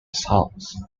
sons